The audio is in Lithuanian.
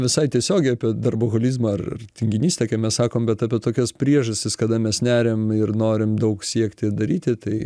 visai tiesiogiai apie darboholizmą ar tinginystę kai mes sakom bet apie tokias priežastis kada mes neriam ir norim daug siekti daryti tai